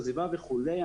עזיבה וכולי.